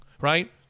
right